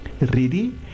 ready